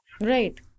Right